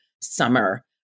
summer